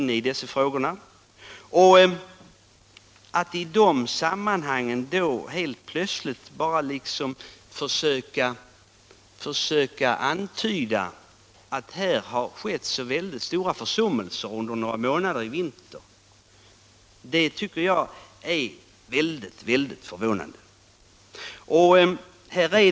Det är mycket förvånande att man mot denna bakgrund nu helt plötsligt försöker antyda att stora försummelser har skett under de gångna vintermånaderna.